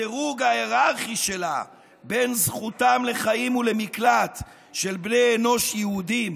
הדירוג ההיררכי שלה בין זכותם לחיים ולמקלט של בני אנוש יהודים